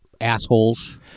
assholes